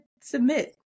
submit